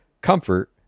comfort